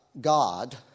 God